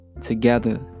together